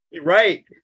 right